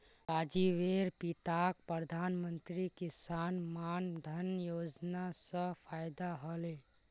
राजीवेर पिताक प्रधानमंत्री किसान मान धन योजना स फायदा ह ले